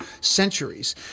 centuries